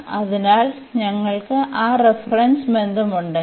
അതിനാൽ ഞങ്ങൾക്ക് ആ റഫറൻസ് ബന്ധം ഉണ്ടെങ്കിൽ